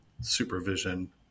supervision